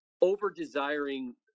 over-desiring